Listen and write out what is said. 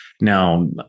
Now